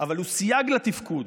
אבל הוא סייג לתפקוד,